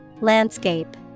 Landscape